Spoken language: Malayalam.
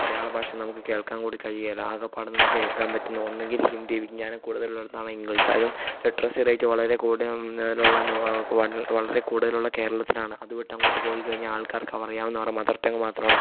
മലയാള ഭാഷ നമുക്ക് കേൾക്കാൻ കൂടി കഴിയില്ല ആകപ്പാടെ നമുക്ക് കേൾക്കാൻ പറ്റുന്ന ഒന്നെങ്കിൽ ഹിന്ദി വിജ്ഞാനം കൂടുതൽ ഉള്ളിടത്ത് ആണേൽ ഇംഗ്ലീഷ് അതും ലിട്രസി റേയ്റ്റ് വളരെ കൂടിയ ന്നേലുള്ള വളരെ കൂടുതലുള്ള കേരളത്തിലാണ് അത് വിട്ടങ്ങോട്ട് പോയി കഴിഞ്ഞാൽ ആൾക്കാർക്ക് അവറിയാവുന്നത് അവരുടെ മദർ ടങ്ക് മാത്രമാണ്